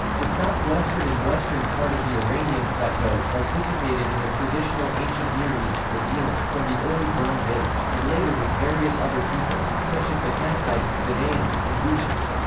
the southwestern and western part of the iranian plateau participated in the traditional ancient near east with elam, from the early bronze age, and later with various other peoples, such as the kassites, mannaeans, and gutians.